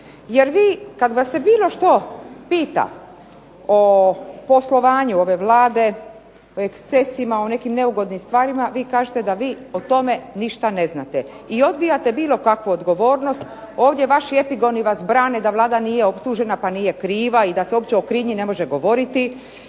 Jer vi kad vas se bilo što pita o poslovanju ove Vlade, o ekscesima, o nekim neugodnim stvarima vi kažete da vi o tome ništa ne znate i odbijate bilo kakvu odgovornost. Ovdje vaši epigoni vas brane da Vlada nije optužena pa nije kriva i da se uopće o krivnji ne može govoriti